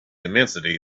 immensity